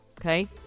Okay